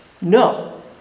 no